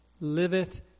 liveth